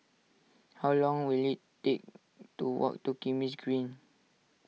how long will it take to walk to Kismis Green